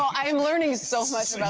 um am learning so much